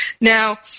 Now